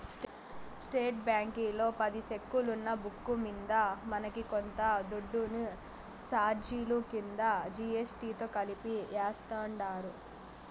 state బ్యాంకీలో పది సెక్కులున్న బుక్కు మింద మనకి కొంత దుడ్డుని సార్జిలు కింద జీ.ఎస్.టి తో కలిపి యాస్తుండారు